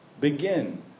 begin